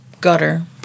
Gutter